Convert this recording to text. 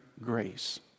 grace